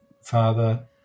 father